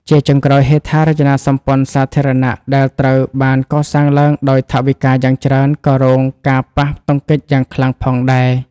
ជាចុងក្រោយ ហេដ្ឋារចនាសម្ព័ន្ធសាធារណៈដែលត្រូវបានកសាងឡើងដោយថវិកាយ៉ាងច្រើន ក៏រងការប៉ះទង្គិចយ៉ាងខ្លាំងផងដែរ។